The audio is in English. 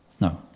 No